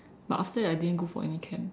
but after that I didn't go for any camp